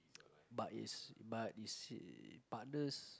but is but is partners